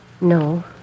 No